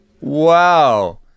Wow